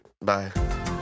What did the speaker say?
bye